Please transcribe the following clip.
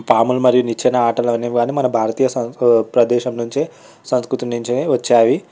పాములు మరియు నిచ్చెన ఆటలోని ఇవన్నీ మన భారతీయ ప్రదేశం నుంచి సంస్కృతి నుంచే వచ్చాయి